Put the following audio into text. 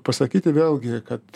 pasakyti vėlgi kad